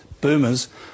Boomers